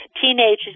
teenagers